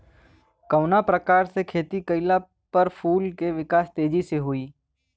कवना प्रकार से खेती कइला पर फूल के विकास तेजी से होयी?